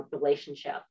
relationship